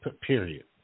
period